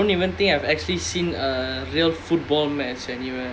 I honestly I don't even think I've actually seen a real football match anywhere